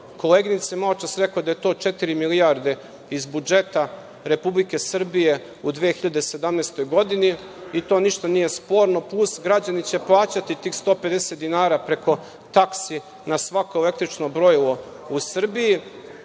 Koleginica je maločas rekla da je to četiri milijarde iz budžeta Republike Srbije u 2017. godini. To ništa nije sporno, plus građani će plaćati tih 150 dinara preko taksi na svako električno brojilo u Srbiji.